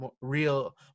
real